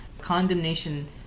condemnation